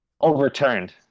overturned